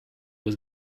was